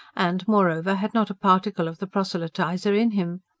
and, moreover, had not a particle of the proselytiser in him.